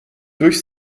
durch